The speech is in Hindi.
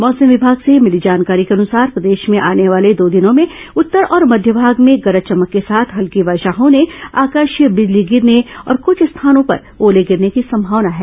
मौसम विभाग से मिली जानकारी के अनुसार प्रदेश में आने वाले दो दिनों में उत्तर और मध्य भाग में गरज चमक के साथ हल्की वर्षा होने आकाशीय ंबिजली गिरने तथा कुछ स्थानों पर ओले गिरने की संभावना है